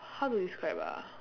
how to describe ah